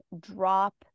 drop